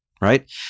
right